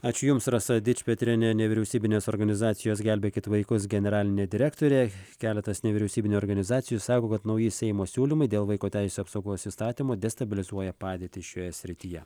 ačiū jums rasa dičpetrienė nevyriausybinės organizacijos gelbėkit vaikus generalinė direktorė keletas nevyriausybinių organizacijų sako kad nauji seimo siūlymai dėl vaiko teisių apsaugos įstatymo destabilizuoja padėtį šioje srityje